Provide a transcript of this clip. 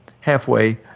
halfway